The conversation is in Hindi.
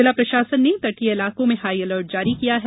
जिला प्रशासन ने तटीय इलाकों में हाई अलर्ट जारी किया है